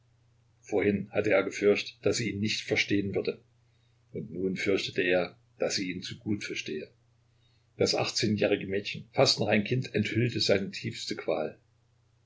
vorhin hatte er gefürchtet daß sie ihn nicht verstehen würde und nun fürchtete er daß sie ihn zu gut verstehe das achtzehnjährige mädchen fast noch ein kind enthüllte seine tiefste qual